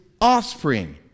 offspring